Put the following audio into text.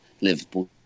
Liverpool